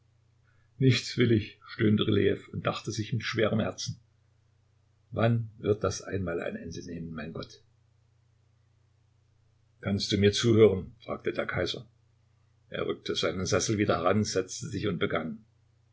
nichts will ich stöhnte rylejew und dachte sich mit schwerem herzen wann wird das einmal ein ende nehmen mein gott kannst du mir zuhören fragte der kaiser er rückte seinen sessel wieder heran setzte sich und begann